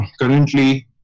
currently